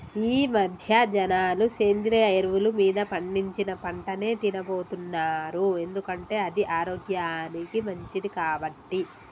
ఈమధ్య జనాలు సేంద్రియ ఎరువులు మీద పండించిన పంటనే తిన్నబోతున్నారు ఎందుకంటే అది ఆరోగ్యానికి మంచిది కాబట్టి